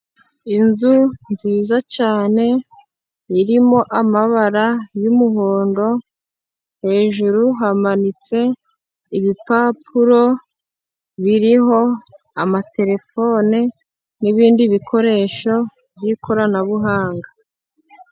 Inzu nziza cyane, irimo amabara y'umuhondo, hejuru hamanitse ibipapuro, biriho amaterefone, n'ibindi bikoresho by'ikoranabuhanga.